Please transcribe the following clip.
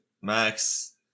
Max